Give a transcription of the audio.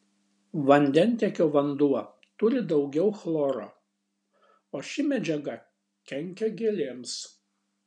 vandentiekio vanduo turi daugiau chloro o ši medžiaga kenkia gėlėms